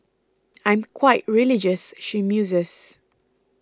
I'm quite religious she muses